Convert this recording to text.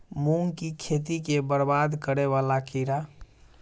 मूंग की खेती केँ बरबाद करे वला कीड़ा?